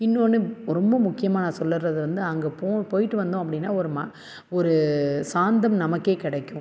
இன்னோன்று ரொம்ப முக்கியமாக நான் சொல்லுவது வந்து அங்கே போணும் போய்ட்டு வந்தோம் அப்படின்னா ஒரு ம ஒரு சாந்தம் நமக்கே கிடைக்கும்